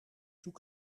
zoek